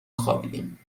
خوابیدیم